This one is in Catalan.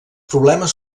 problemes